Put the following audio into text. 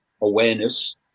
awareness